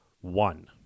one